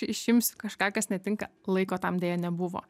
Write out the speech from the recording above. išimsiu kažką kas netinka laiko tam deja nebuvo